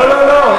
לא, לא.